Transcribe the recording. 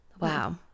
Wow